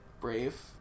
Brave